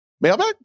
Mailbag